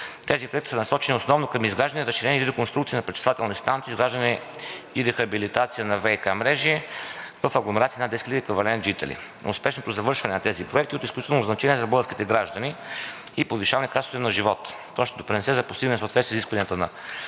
Тези проекти са насочени основно към изграждане, разширение или реконструкция на пречиствателни станции, изграждане и рехабилитация на ВиК мрежи в агломерации над 10 000 еквивалент жители. Успешното завършване на тези проекти е от изключително значение за българските граждани и повишаване качеството им на живот. То ще допринесе за постигане на съответствие с изискванията на